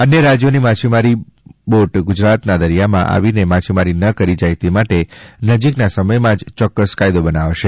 અન્ય રાજ્યોની માછીમારી બોટ ગુજરાતના દરિયામાં આવીને માછીમારી ન કરી જાય તે માટે નજીકના સમયમાં જ ચોક્કસ કાયદો બનાવશે